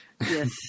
Yes